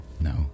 no